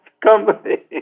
company